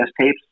tapes